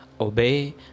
obey